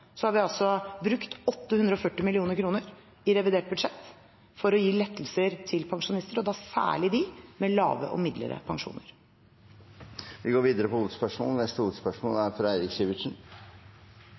har vi brukt 840 mill. kr i revidert budsjett for å gi lettelser til pensjonister, og da særlig de med lave og midlere pensjoner. Vi går videre til neste hovedspørsmål.